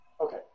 okay